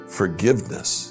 forgiveness